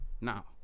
Now